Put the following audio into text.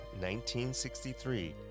1963